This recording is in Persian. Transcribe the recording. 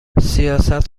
سیاست